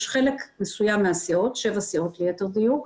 יש חלק מסוים מהסיעות, שבע סיעות ליתר דיוק,